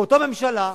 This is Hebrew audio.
באותה ממשלה,